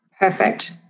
Perfect